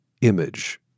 image